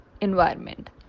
environment